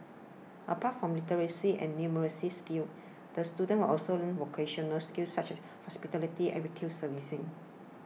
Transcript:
apart from literacy and numeracy skills the students will also learn vocational skills such as hospitality and retail servicing